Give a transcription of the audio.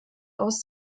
aus